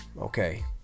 okay